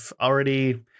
already